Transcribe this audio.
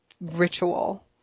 ritual